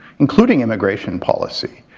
including immigration policy,